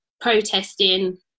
protesting